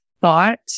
thought